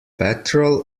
petrol